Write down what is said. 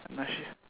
not sure